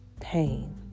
pain